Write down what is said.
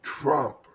Trump